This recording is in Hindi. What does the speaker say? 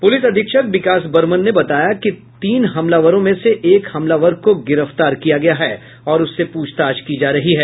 पुलिस अधीक्षक विकास बर्मन ने बताया कि तीन हमलावरों में से एक हमलावर को गिरफ्तार किया गया है और उससे प्रछताछ की जा रही है